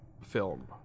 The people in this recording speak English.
...film